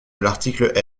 l’article